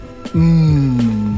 Mmm